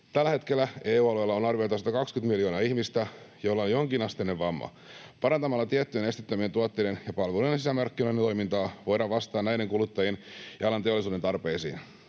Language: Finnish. Tällä hetkellä EU-alueella on arviolta 120 miljoonaa ihmistä, joilla on jonkinasteinen vamma. Parantamalla tiettyjen esteettömien tuotteiden ja palveluiden sisämarkkinoiden toimintaa voidaan vastata näiden kuluttajien ja alan teollisuuden tarpeisiin.